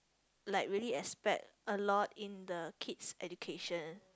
like really expect a lot in the kid's education